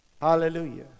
Hallelujah